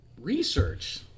research